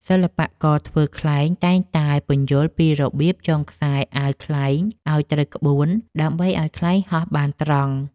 សិល្បករធ្វើខ្លែងតែងតែពន្យល់ពីរបៀបចងខ្សែអាវខ្លែងឱ្យត្រូវក្បួន ដើម្បីឱ្យខ្លែងហោះបានត្រង់។